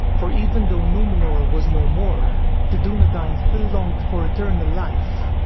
for even though numenor was no more, the dunedain still longed for eternal life,